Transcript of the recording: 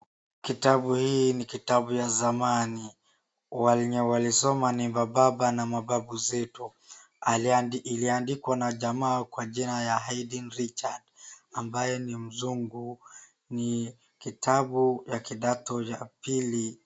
Kitabu hii ni kitabu ya zamani. Wenye walisoma ni mababa na mababu zetu. Iliandikwa na jamaa kwa jina ya Haydn Richards ambaye ni mzungu. Ni kitabu ya kidato ya pili.